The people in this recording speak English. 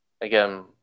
again